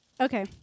Okay